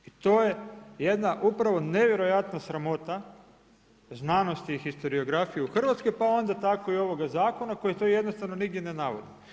I to je jedna upravo nevjerojatna sramota znanosti i historiografije u Hrvatskoj pa onda tako i ovoga zakona koji to jednostavno nigdje ne navodi.